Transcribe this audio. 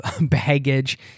baggage